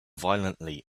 violently